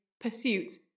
pursuits